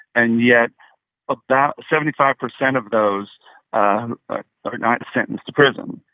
and yet about seventy five percent of those um ah are not sentenced to prison,